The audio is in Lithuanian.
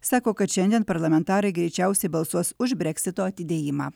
sako kad šiandien parlamentarai greičiausiai balsuos už breksito atidėjimą